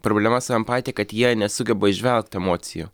problema su empatija kad jie nesugeba įžvelgt emocijų